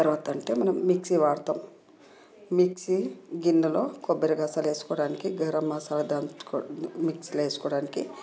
తర్వాత అంటే మనం మిక్సీ వాడతాం మిక్సీ గిన్నెలో కొబ్బరి గసాల వేసుకోవడానికి గరం మసాల దంచు మిక్సీలో వేసుకోవడానికి